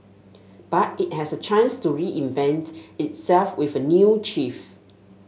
but it has a chance to reinvent itself with a new chief